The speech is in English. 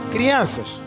Crianças